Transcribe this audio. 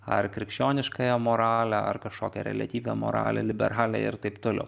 ar krikščioniškąją moralę ar kažkokią reliatyvią moralę liberalią ir taip toliau